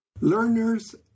Learners